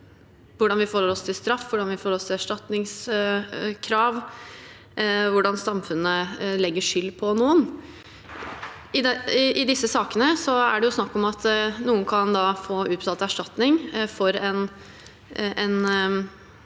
hvordan vi forholder oss til straff, hvordan vi forholder oss til erstatningskrav, og hvordan samfunnet legger skylden på noen. I disse sakene er det snakk om at noen kan få utbetalt erstatning for en